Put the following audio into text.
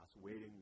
waiting